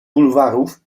bulwarów